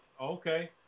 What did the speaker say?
Okay